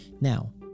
Now